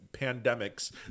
pandemics